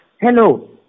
Hello